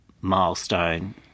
milestone